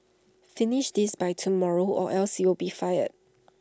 finish this by tomorrow or else you'll be fired